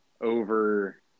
over